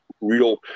real